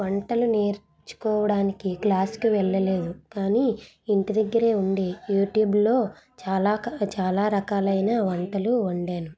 వంటలు నేర్చుకోవడానికి క్లాస్కి వెళ్ళలేదు కానీ ఇంటి దగ్గరే ఉండి యూట్యూబ్లో చాలా కా చాలా రకాలైన వంటలు వండాను